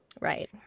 Right